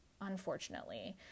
unfortunately